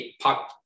pop